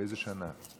באיזו שנה?